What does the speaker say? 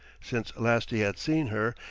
since last he had seen her,